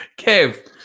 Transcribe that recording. Kev